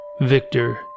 Victor